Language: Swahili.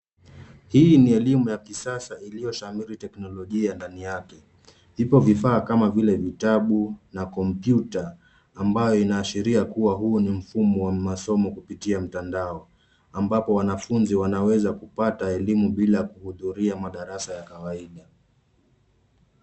Hii ni elimu ya kisasa iliyoshanguri teknolojia ndani yake. Ipo vifaa kama vile vitabu na kompyuta ambayo inaashiria kuwa huu ni mfumo wa masomo kupitia mtandao ambapo wanafunzi wanaweza kupata elimu bila kuhudhuria madarasa ya kawaida.